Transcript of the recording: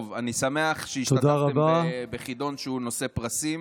טוב, אני שמח שהשתתפתם בחידון נושא פרסים.